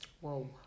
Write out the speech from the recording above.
Whoa